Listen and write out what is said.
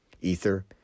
Ether